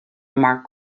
mark